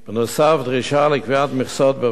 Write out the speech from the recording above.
דרישה לקביעת מכסות בוועד החינוך